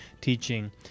teaching